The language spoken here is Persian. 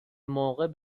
موقع